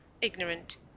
ignorant